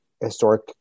historic